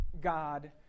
god